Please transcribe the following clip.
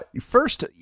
first